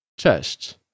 Cześć